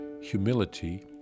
humility